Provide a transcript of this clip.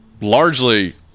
largely